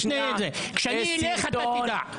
כשאני אלך אתה תדע.